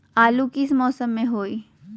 आलू किस मौसम में होई?